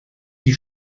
die